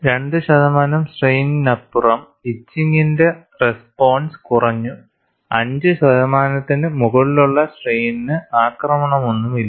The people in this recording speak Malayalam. രണ്ട് ശതമാനം സ്ട്രെയിനിനപ്പുറം ഇച്ചിങ്ങിന്റെ റെസ്പോൺസ് കുറഞ്ഞു 5 ശതമാനത്തിന് മുകളിലുള്ള സ്ട്രെയിനിനു ആക്രമണമൊന്നുമില്ല